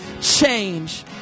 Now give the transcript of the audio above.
change